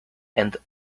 and